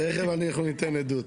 תכף אנחנו ניתן עדות.